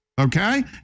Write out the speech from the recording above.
okay